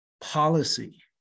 policy